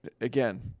again